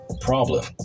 problem